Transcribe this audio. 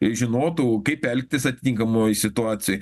žinotų kaip elgtis atitinkamoj situacijoj